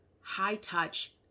high-touch